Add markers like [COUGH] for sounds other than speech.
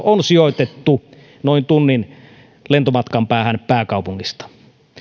[UNINTELLIGIBLE] on sijoitettu noin tunnin lentomatkan päähän pääkaupungista